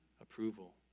approval